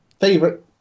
favorite